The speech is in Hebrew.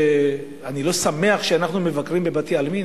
אני לא שמח שאנחנו מבקרים בבתי-עלמין,